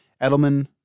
Edelman